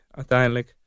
uiteindelijk